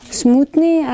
smutný